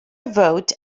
vote